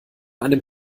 einem